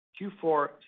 Q4